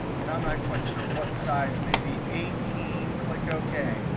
and i'm not quite sure what size, maybe eighteen? click ok.